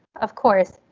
of course,